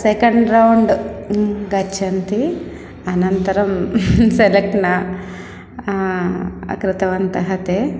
second round गच्छन्ति अनन्तरं select न कृतवन्तः ते